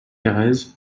carrez